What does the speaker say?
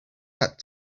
had